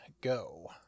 go